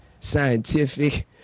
Scientific